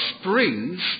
springs